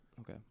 Okay